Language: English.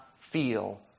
feel